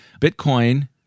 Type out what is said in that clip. Bitcoin